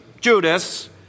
Judas